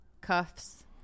cuffs